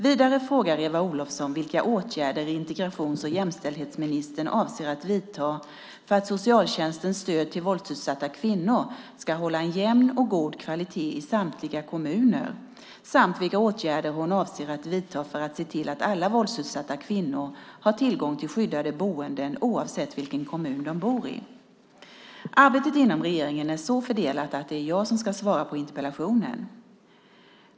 Vidare frågar Eva Olofsson vilka åtgärder integrations och jämställdhetsministern avser att vidta för att socialtjänstens stöd till våldsutsatta kvinnor ska hålla en jämn och god kvalitet i samtliga kommuner samt vilka åtgärder hon avser att vidta för att se till att alla våldsutsatta kvinnor har tillgång till skyddade boenden oavsett vilken kommun de bor i. Arbetet inom regeringen är så fördelat att det är jag som ska svara på interpellationen.